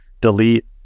delete